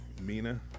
Mina